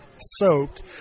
soaked